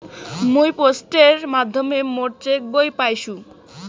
মুই পোস্টের মাধ্যমে মোর চেক বই পাইসু